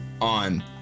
on